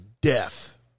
death